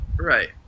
right